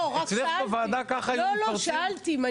לא, רק שאלתי.